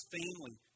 family